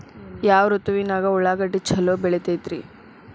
ಯಾವ ಋತುವಿನಾಗ ಉಳ್ಳಾಗಡ್ಡಿ ಛಲೋ ಬೆಳಿತೇತಿ ರೇ?